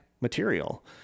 material